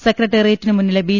സെക്രട്ടേറിയറ്റിന് മുന്നിലെ ബി